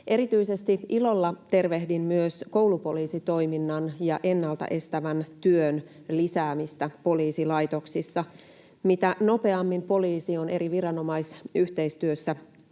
Erityisesti ilolla tervehdin myös koulupoliisitoiminnan ja ennalta estävän työn lisäämistä poliisilaitoksissa. Mitä nopeammin poliisi on eri viranomaisyhteistyössä mukana,